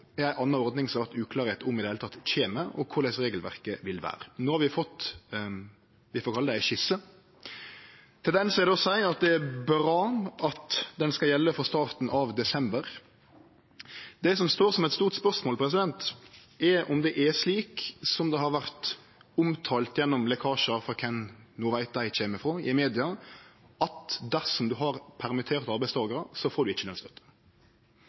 er ei anna ordning som det har vore uklart om i det heile kjem, og korleis regelverket vil vere. No har vi fått ei skisse. Til skissa er det å seie at det er bra ho skal gjelde frå starten av desember. Det som står som eit stort spørsmål, er om det er slik, som det har vore omtalt i lekkasjar – kven no dei kjem ifrå – i media, at dersom ein har permitterte arbeidstakarar, får ein ikkje